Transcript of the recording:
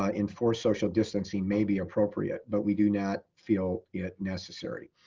ah enforced social distancing may be appropriate, but we do not feel it necessary.